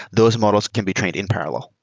those models can be trained in parallel.